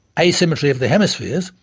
asymmetry of the hemispheres,